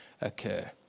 occur